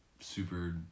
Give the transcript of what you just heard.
super